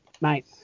mate